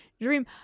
dream